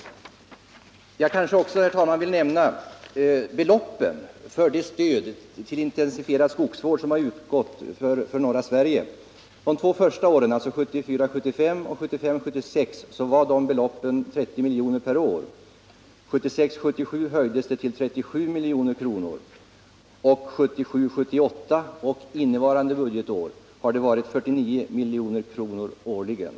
Jag vill också nämna beloppen för det stöd till intensifierad skogsvård som har utgått till norra Sverige. De två första åren, alltså budgetåren 1974 76, var beloppen 30 miljoner per år. 1976 78 och innevarande budgetår har det varit 49 milj.kr. årligen.